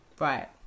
Right